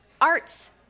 Arts